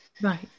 right